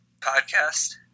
podcast